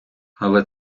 але